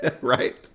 Right